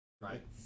right